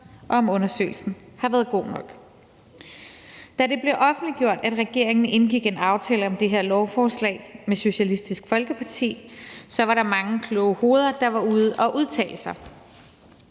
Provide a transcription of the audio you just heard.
og om undersøgelsen har været god nok. Da det blev offentliggjort, at regeringen havde indgået en aftale om det her lovforslag med Socialistisk Folkeparti, var der mange kloge hoveder, der var ude at udtale sig.